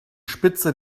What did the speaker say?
spitze